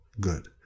good